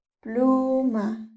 pluma